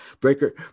Breaker